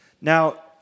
Now